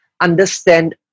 understand